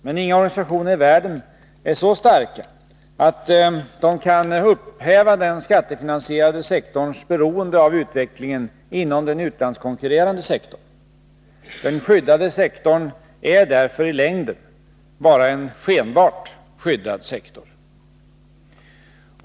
Men inga organisationer i världen är så starka att de kan upphäva den skattefinansie rade sektorns beroende av utvecklingen inom den utlandskonkurrerande sektorn. Den skyddade sektorn är därför i längden bara en skenbart skyddad sektor.